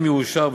אם יאושר,